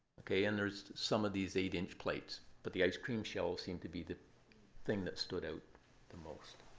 ok? and there's some of these eight inch plates. but the ice cream shells seem to be the thing that stood out the most.